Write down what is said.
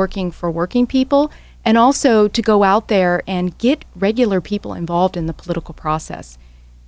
working for working people and also to go out there and get regular people involved in the political process